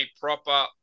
proper